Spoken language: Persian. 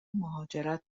مهاجرت